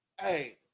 Hey